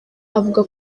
avuga